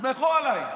תסמכו עליי.